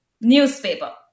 Newspaper